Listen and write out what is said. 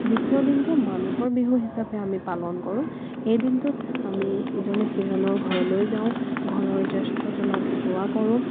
দ্বিতীয় দিনটো মানুহৰ বিহু হিচাপে আমি পালন কৰোঁ এই দিনটোত আমি ইজনে সিজনৰ ঘৰলৈ যাওঁ ঘৰৰ জ্য়েষ্ঠজনক সেৱা কৰোঁ